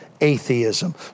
atheism